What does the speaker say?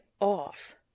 off